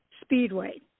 Speedway